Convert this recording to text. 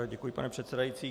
Děkuji, pane předsedající.